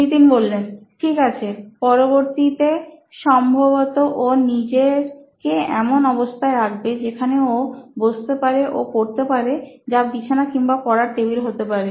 নিতিন ঠিক আছে পরবর্তীতে সম্ভবত ও নিজেকে এমন অবস্থায় রাখবে যেখানে ও বসতে পারে ও পড়তে পারে যা বিছানা কিংবা পড়ার টেবিল হতে পারে